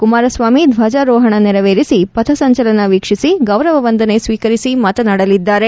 ಕುಮಾರಸ್ವಾಮಿ ದ್ವಜಾರೋಹಣ ನೆರವೇರಿಸಿ ಪಥಸಂಚಲನ ವೀಕ್ಷಿಸಿ ಗೌರವ ವಂದನೆ ಸ್ವೀಕರಿಸಿ ಮಾತನಾಡಲಿದ್ದಾರೆ